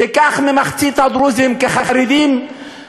קח מחצית הדרוזים כחרדים,